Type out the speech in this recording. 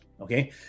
okay